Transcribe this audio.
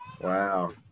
Wow